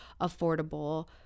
affordable